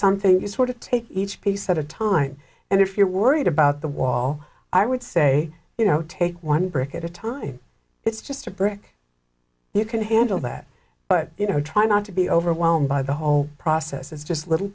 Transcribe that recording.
something you sort of take each piece at a time and if you're worried about the wall i would say you know take one brick at a time it's just a brick you can handle that but you know try not to be overwhelmed by the whole process is just little